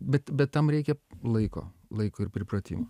bet bet tam reikia laiko laiko ir pripratimo